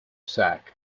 sack